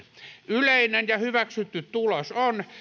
yleinen ja hyväksytty tulos on